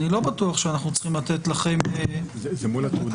אני לא בטוח שאנחנו צריכים לתת לכם --- זה מול התעודה.